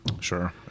Sure